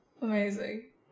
amazing